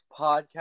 podcast